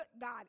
God